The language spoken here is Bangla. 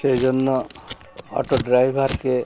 সেই জন্য অটো ড্রাইভারকে